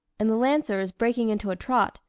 and the lancers, breaking into a trot,